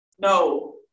no